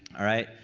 alright,